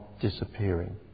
disappearing